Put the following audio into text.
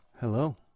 hello